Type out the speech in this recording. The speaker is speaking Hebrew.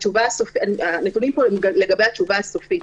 הנתונים פה הם לגבי התשובה הסופית,